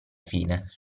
fine